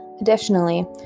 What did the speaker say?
Additionally